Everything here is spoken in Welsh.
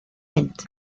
mynd